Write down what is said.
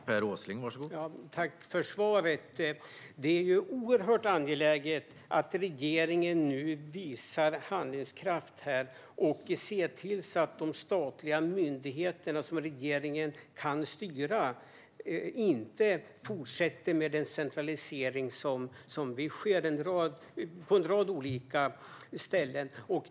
Herr talman! Tack för svaret! Det är oerhört angeläget att regeringen visar handlingskraft här och ser till att de statliga myndigheterna, som regeringen kan styra, inte fortsätter med den centralisering som nu sker i en rad olika fall.